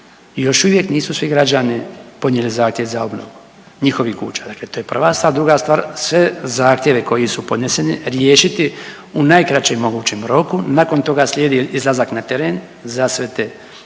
još uvijek nisu svi građani podnijeli zahtjev za obnovu njihovih kuća, dakle to je prva stvar. Druga stvar, sve zahtjeve koji su podneseni riješiti u najkraćem mogućem roku, nakon toga slijedi izlazak na teren za sve te na